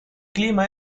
clima